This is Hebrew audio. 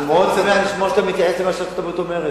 אני שמח מאוד לשמוע שאתה מתייחס למה שאומרת ארצות-הברית.